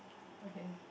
okay